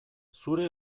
zure